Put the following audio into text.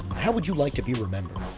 how would you like to be remembered?